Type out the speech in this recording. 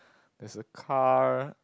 there's a car